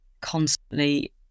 constantly